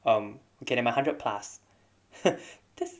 um okay nevermind hundred plus